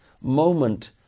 moment